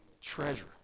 treasure